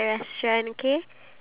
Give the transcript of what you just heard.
ya